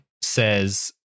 says